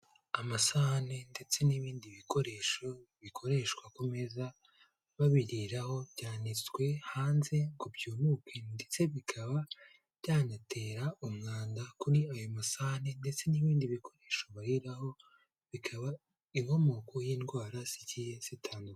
Amasahani ndetse n'ibindi bikoresho bikoreshwa ku meza babiriho, byanitswe hanze ngo byumuke ndetse bikaba byanatera umwanda kuri ayo masahani ndetse n'ibindi bikoresho bariraho, bikaba inkomoko y'indwara zigiye zitandukanye.